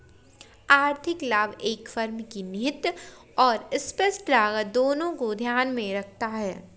आर्थिक लाभ एक फर्म की निहित और स्पष्ट लागत दोनों को ध्यान में रखता है